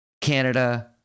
Canada